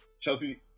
Chelsea